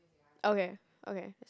okay okay